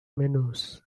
menus